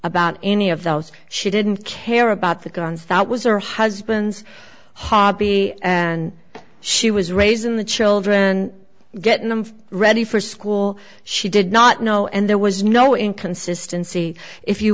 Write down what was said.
about any of those she didn't care about the guns that was her husband's hobby and she was raising the children and getting them ready for school she did not know and there was no inconsistency if you